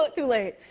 like too late.